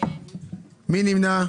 מי נמנע?